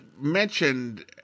mentioned